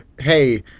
hey